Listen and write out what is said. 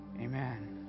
Amen